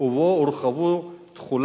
כי אני לא רואה אחרים,